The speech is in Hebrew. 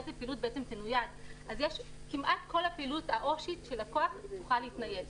איזה פעילות תנויד כמעט כל הפעילות העו"שית של לקוח תוכל להתנייד,